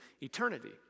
eternity